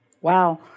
Wow